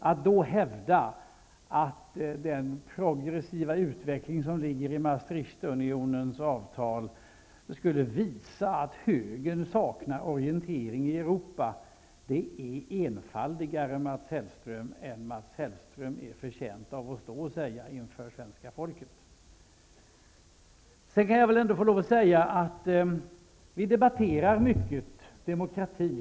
Att i det läget hävda att den progressiva utveckling som ligger i Maastrichtunionens avtal skulle visa att högern saknar orientering i Europa är ett mer enfaldigt påstående än Mats Hellström är förtjänt av att stå och uttala inför svenska folket. Vi debatterar demokrati mycket här.